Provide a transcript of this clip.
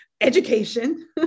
education